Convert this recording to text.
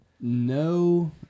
No